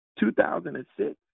2006